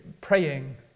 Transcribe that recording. praying